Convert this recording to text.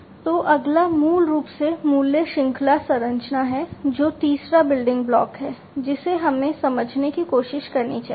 तो अगला मूल रूप से मूल्य श्रृंखला संरचना है जो तीसरा बिल्डिंग ब्लॉक है जिसे हमें समझने की कोशिश करनी चाहिए